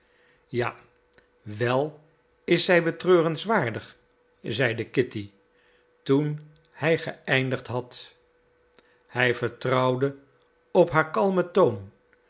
ja wél is zij betreurenswaardig zeide kitty toen hij geëindigd had hij vertrouwde op haar kalmen toon